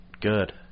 good